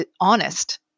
honest